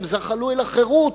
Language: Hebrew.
הם זחלו אל החירות.